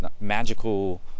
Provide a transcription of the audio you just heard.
magical